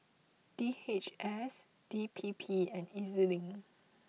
D H S D P P and Ez Link